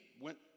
went